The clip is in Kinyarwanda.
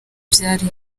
vyari